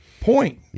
point